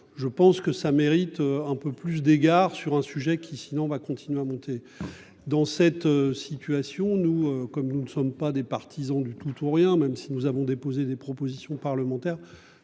Je pense que ça mérite un peu plus d'égards sur un sujet qui, sinon on va continuer à monter dans cette situation nous comme nous ne sommes pas des partisans du tout ou rien, même si nous avons déposé des propositions parlementaires